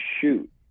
shoot